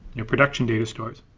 production data stores,